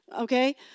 Okay